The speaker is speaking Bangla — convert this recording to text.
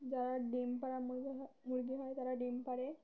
যারা ডিম পাড়া মুরগি হয় মুরগি হয় তারা ডিম পাড়ে